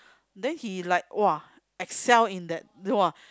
then he like !wah! excel in that !wah!